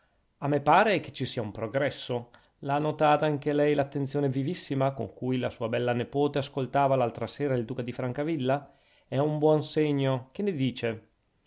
a me pare che ci sia un progresso l'ha notata anche lei l'attenzione vivissima con cui la sua bella nepote ascoltava l'altra sera il duca di francavilla è un buon segno che ne dice